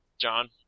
John